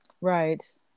right